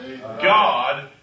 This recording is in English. God